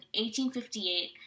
1858